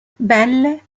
belle